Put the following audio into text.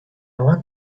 want